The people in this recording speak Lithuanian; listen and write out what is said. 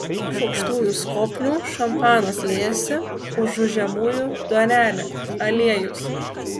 už aukštųjų skobnių šampanas liejasi užu žemųjų duonelė aliejus